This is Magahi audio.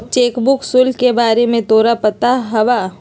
चेक बुक शुल्क के बारे में तोरा पता हवा?